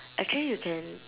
actually you can